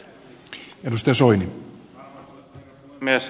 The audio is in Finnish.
arvoisa herra puhemies